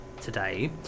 today